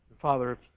Father